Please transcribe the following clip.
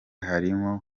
harimo